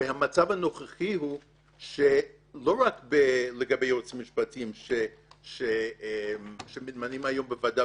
הרי המצב הנוכחי הוא שלא רק לגבי יועצים משפטיים שמתמנים היום בוועדה